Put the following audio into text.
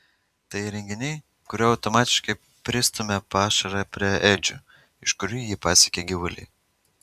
tai įrenginiai kurie automatiškai pristumia pašarą prie ėdžių iš kurių jį pasiekia gyvuliai